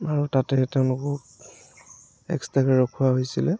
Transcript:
আৰু তাতে তেওঁলোকক এক্সট্ৰাকে ৰখোৱা হৈছিলে